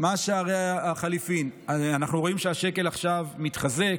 מה שערי החליפין, אנחנו רואים שהשקל עכשיו מתחזק,